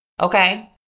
Okay